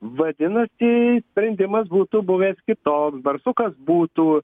vadinasi sprendimas būtų buvęs kitoks barsukas būtų